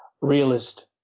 realist